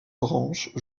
branche